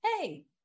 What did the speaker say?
hey